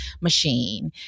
machine